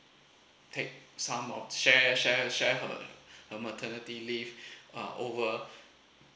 pick some or share share share her her maternity leave uh over